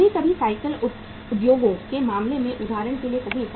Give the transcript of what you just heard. कभी कभी साइकिल उद्योगों के मामले में उदाहरण के लिए कहें